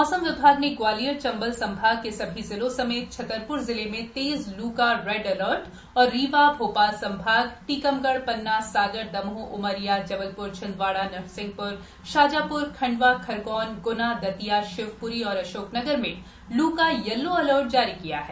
मौसम विभाग ने ग्वालियर चंबल संभाग के सभी जिलों समेत छतरप्र जिले में तेज लू का रेड अलर्ट और रीवा भोपाल संभाग टीकमढ़ पन्ना सागर दमोह उमरिया जबलपुर छिंदवाड़ा नरसिंहपुर शाजापुर खंडवा खरगौन गुना दतिया शिवपुरी अशोकनगर में लू का यलो अलर्ट जारी किया है